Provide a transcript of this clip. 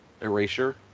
erasure